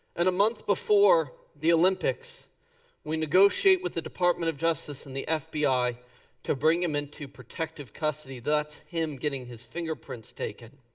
and a month before the olympics we negotiate with the department of justice and the fbi to bring him into protective custody. that's him getting his fingerprints taken.